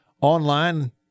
online